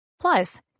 Plus